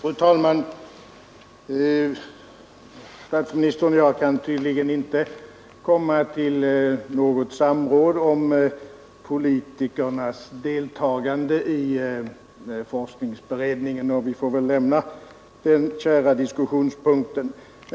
Fru talman! Statsministern och jag kan tydligen inte komma till något samförstånd om politikernas deltagande i forskningsberedningen, så vi får väl lämna den kära diskussionspunkten.